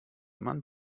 man